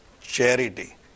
charity